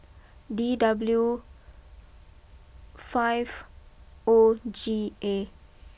D W five O G A